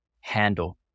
handle